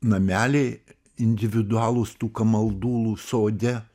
nameliai individualūs tų kamaldulų sode